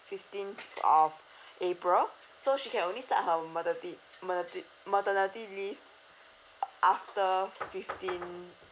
fifteenth of april so she can only start her materni~ mate~ maternity leave after fifteen